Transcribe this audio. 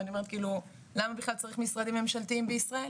ואני אומרת כאילו למה בכלל צריך משרדים ממשלתיים בישראל,